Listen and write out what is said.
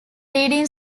reading